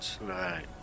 Right